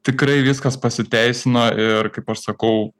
tikrai viskas pasiteisino ir kaip aš sakau